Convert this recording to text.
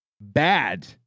bad